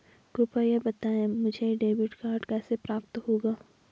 कृपया बताएँ मुझे डेबिट कार्ड कैसे प्राप्त होगा?